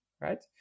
right